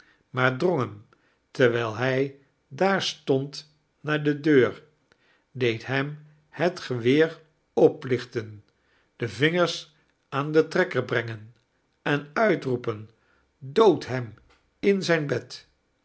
maar drong hem tetwijl hij daar stond naar de deur deed hem het geweer oplichten den vinger aan de trekker brengen en uitroepen dood hem in zijn bed